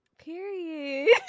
period